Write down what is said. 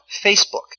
Facebook